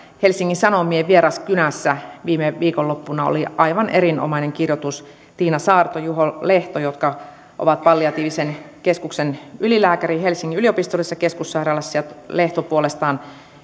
helsingin sanomien vieraskynässä viime viikonloppuna oli aivan erinomainen kirjoitus tiina saarto ja juho lehto saarto on palliatiivisen keskuksen ylilääkäri helsingin yliopistollisessa keskussairaalassa ja lehto puolestaan